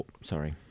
Sorry